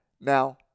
now